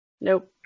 Nope